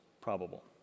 probable